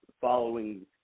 following